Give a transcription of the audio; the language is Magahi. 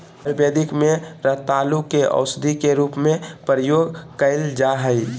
आयुर्वेद में रतालू के औषधी के रूप में प्रयोग कइल जा हइ